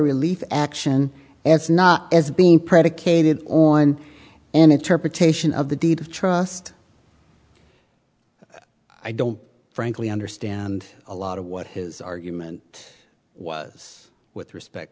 relief action it's not as being predicated on an interpretation of the deed of trust i don't frankly understand a lot of what his argument was with respect